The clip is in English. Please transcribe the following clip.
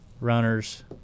runners